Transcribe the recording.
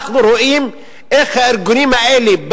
אנחנו רואים איך הארגונים האלה,